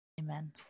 amen